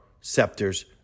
scepters